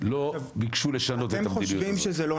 לא ביקשו לשנות את המדיניות הזאת.